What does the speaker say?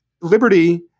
Liberty